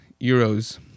euros